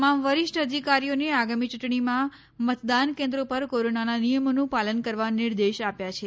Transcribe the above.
તમામ વરીષ્ઠ અધિકારીઓને આગામી ચુંટણીમાં મતદાન કેન્દ્રો પર કોરોનાના નિયમોનું પાલન કરવા નિર્દેશ આપ્યા છે